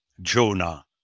Jonah